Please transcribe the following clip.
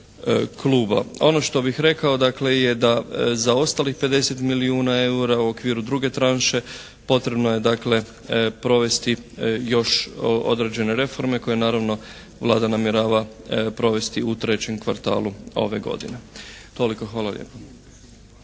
Ono što bih rekao dakle je da za ostalih 50 milijuna eura u okviru druge tranše potrebno je dakle provesti još određene reforme koje naravno Vlada namjerava provesti u trećem kvartalu ove godine. Toliko. Hvala lijepo.